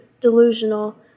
delusional